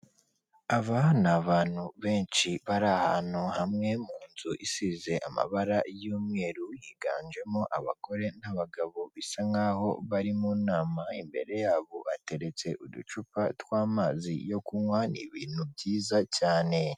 Aba ni abantu benshi bari ahantu hamwe, mu nzu isize amabara y'umweru, higanjemo abagore n'abagabo bisa nk'aho bari mu nama, imbere yabo hateretse uducupa tw'amazi yo kunywa, ni ibintu byiza cyane.